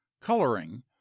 coloring